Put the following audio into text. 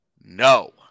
No